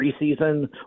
preseason